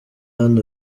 hano